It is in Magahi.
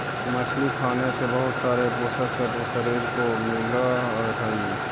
मछली खाने से बहुत सारे पोषक तत्व शरीर को मिलअ हई